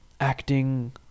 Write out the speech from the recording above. acting